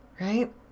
right